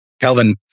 Kelvin